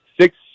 Six